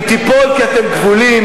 היא תיפול כי אתם כבולים,